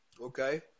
okay